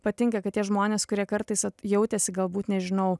patinka kad tie žmonės kurie kartais jautėsi galbūt nežinau